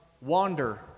wander